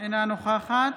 אינה נוכחת